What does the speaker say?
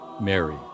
Mary